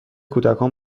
کودکان